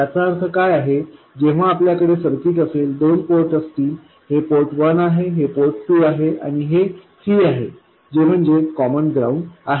याचा अर्थ काय आहे जेव्हा आपल्याकडे सर्किट असेल दोन पोर्ट असतील हे पोर्ट वन आहे हे पोर्ट टू आहे आणि हे थ्री आहे जे म्हणजे कॉमन ग्राउंड आहे